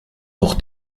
noch